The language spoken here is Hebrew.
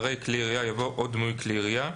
ואחרי "כלי ירייה" יבוא "או דמוי כלי ירייה".